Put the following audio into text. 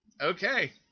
okay